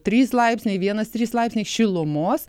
trys laipsniai vienas trys laipsniai šilumos